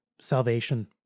salvation